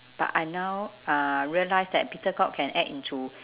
but I now uh realised that bittergourd can add into